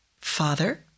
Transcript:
Father